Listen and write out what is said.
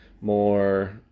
more